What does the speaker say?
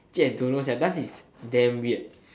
actually I don't know sia dance is damn weird